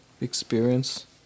Experience